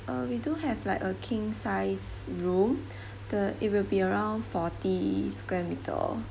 uh we do have like a king size room the it will be around forty square meter